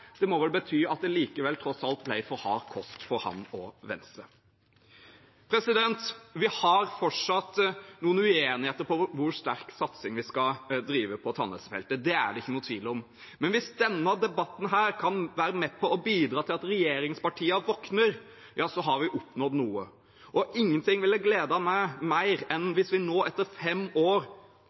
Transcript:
Det må vel bety at det tross alt ble for hard kost for ham og Venstre. Vi har fortsatt noen uenigheter om hvor sterk satsing vi skal drive med på tannhelsefeltet. Det er det ikke noen tvil om. Men hvis denne debatten kan være med på å bidra til at regjeringspartiene våkner, har vi oppnådd noe. Ingenting ville gledet meg mer enn hvis vi nå, etter fem år,